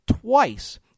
twice